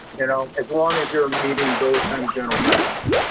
and um as long as you're meeting those kind of general guidelines.